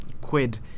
quid